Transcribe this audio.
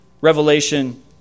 Revelation